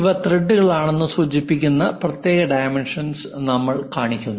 ഇവ ത്രെഡുകളാണെന്ന് സൂചിപ്പിക്കുന്ന പ്രത്യേക ഡൈമെൻഷൻസ് നമ്മൾ കാണിക്കുന്നു